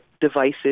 Devices